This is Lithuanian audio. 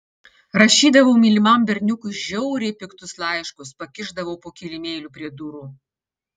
rašydavau mylimam berniukui žiauriai piktus laiškus pakišdavau po kilimėliu prie durų